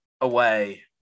away